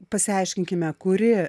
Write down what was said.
pasiaiškinkime kuri